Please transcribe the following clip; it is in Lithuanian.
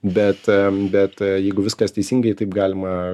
bet bet jeigu viskas teisingai taip galima